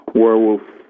werewolf